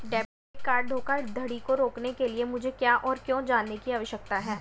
Debit card धोखाधड़ी को रोकने के लिए मुझे और क्या जानने की आवश्यकता है?